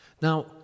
Now